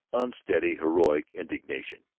unsteady, heroic indignation.